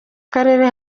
karere